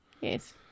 Yes